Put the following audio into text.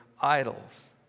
idols